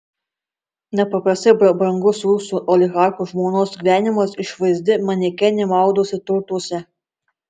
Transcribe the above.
nepaprastai prabangus rusų oligarcho žmonos gyvenimas išvaizdi manekenė maudosi turtuose